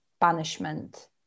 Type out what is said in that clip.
banishment